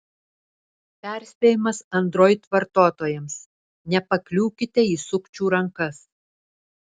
perspėjimas android vartotojams nepakliūkite į sukčių rankas